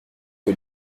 que